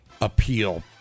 appeal